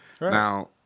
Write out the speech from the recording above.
Now